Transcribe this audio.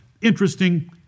interesting